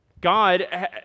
God